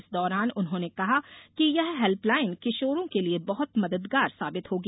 इस दौरान उन्होंने कहा कि यह हेल्पलाइन किशोरों के लिए बहत मददगार साबित होगी